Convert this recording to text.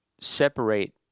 separate